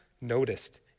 noticed